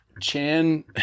Chan